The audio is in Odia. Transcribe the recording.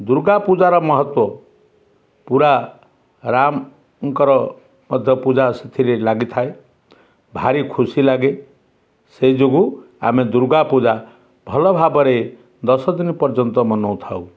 ଦୂର୍ଗା ପୂଜାର ମହତ୍ତ୍ଵ ପୁରା ରାମଙ୍କର ମଧ୍ୟ ପୂଜା ସେଥିରେ ଲାଗିଥାଏ ଭାରି ଖୁସି ଲାଗେ ସେଇ ଯୋଗୁଁ ଆମେ ଦୂର୍ଗା ପୂଜା ଭଲ ଭାବରେ ଦଶ ଦିନ ପର୍ଯ୍ୟନ୍ତ ମନାଉଥାଉ